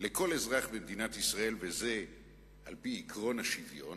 לכל אזרח במדינת ישראל, וזה על-פי עקרון השוויון,